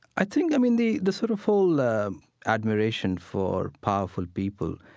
i think, i mean, the the sort of whole um admiration for powerful people,